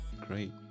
Great